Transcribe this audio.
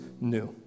new